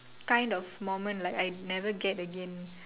kind of moment like I never get again